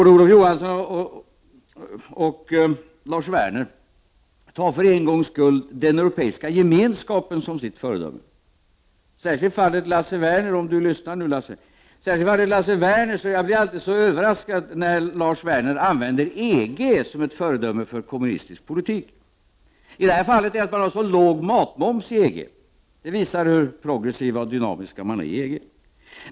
Både Olof Johansson och Lars Werner tar för en gång skull Europeiska gemenskapen som sitt föredöme. Jag måste säga till Lars Werner — om han nu lyssnar på mig — att jag alltid blir överraskad när han använder EG som ett föredöme för kommunistisk politik. Lars Werner menar nu att de låga matmomserna i EG visar hur progressiva och dynamiska EG:s medlemsstater är.